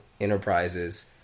enterprises